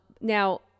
now